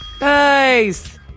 Nice